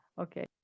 okay